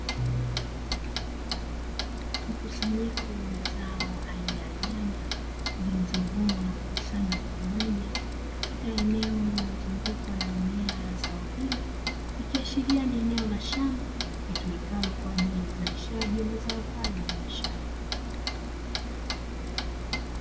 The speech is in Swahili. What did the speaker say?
Mkusanyiko wa mazao aina ya nyanya zilizovunwa na kukusanywa kwa pamoja katika eneo lililozungukwa na mimea ya zao hilo, ikiashiria ni eneo la shamba litumikalo kwa ajili ya uzalishaji wa mazao hayo ya biashara.